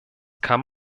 kann